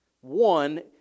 one